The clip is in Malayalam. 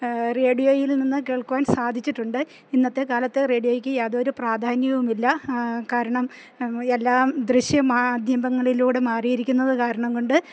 റേഡിയോയിൽ നിന്ന് കേൾക്കുവാൻ സാധിച്ചിട്ടുണ്ട് ഇന്നത്തെക്കാലത്ത് റേഡിയോയ്ക്ക് യാതൊരു പ്രാധാന്യവുമില്ല കാരണം എല്ലാം ദൃശ്യമാധ്യമങ്ങളിലൂടെ മാറിയിരിക്കുന്നത് കാരണം കൊണ്ട്